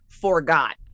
forgot